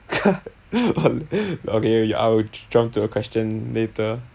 oh okay I will jump to your question later